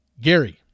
Gary